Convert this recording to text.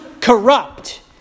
corrupt